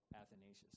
Athanasius